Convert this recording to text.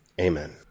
amen